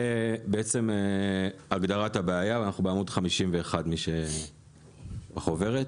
אנחנו בעמוד 51 בחוברת,